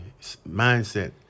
mindset